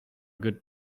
good